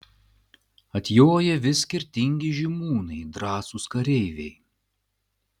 atjoja vis skirtingi žymūnai drąsūs kareiviai